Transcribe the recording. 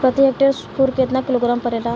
प्रति हेक्टेयर स्फूर केतना किलोग्राम परेला?